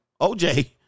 OJ